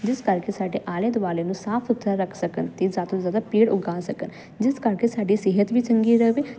ਜਿਸ ਕਰਕੇ ਸਾਡੇ ਆਲੇ ਦੁਆਲੇ ਨੂੰ ਸਾਫ ਸੁਥਰਾ ਰੱਖ ਸਕਣ ਤੇ ਜਾਦਾ ਤੋਂ ਜਾਦਾ ਪੇੜ ਉਗਾ ਸਕਣ ਜਿਸ ਕਰਕੇ ਸਾਡੀ ਸਿਹਤ ਵੀ ਚੰਗੀ ਰਵੇ